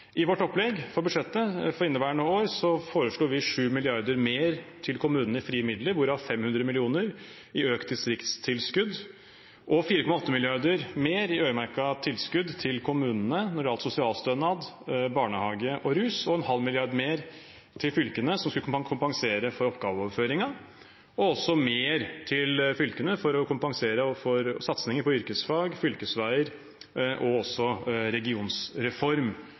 I vårt opplegg for budsjettet for inneværende år foreslår vi 7 mrd. kr mer til kommunene i frie midler, hvorav 500 mill. kr i økt distriktstilskudd og 4,8 mrd. kr mer i øremerkede tilskudd til kommunene når det gjelder sosialstønad, barnehage og rusfeltet, og 0,5 mrd. kr mer til fylkene, som skulle kompensere for oppgaveoverføringen, og også mer til fylkene for å kompensere for satsinger på yrkesfag, fylkesveier og også